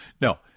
no